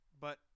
But-